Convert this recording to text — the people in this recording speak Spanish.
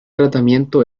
tratamiento